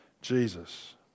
Jesus